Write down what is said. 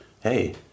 Hey